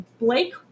Blake